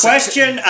Question